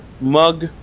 mug